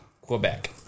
Quebec